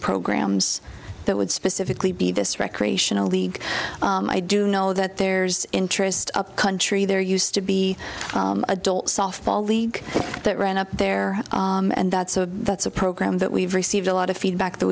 programs that would specifically be this recreational league i do know that there's interest up country there used to be adult softball league that run up there and that's a that's a program that we've received a lot of feedback that